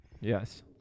Yes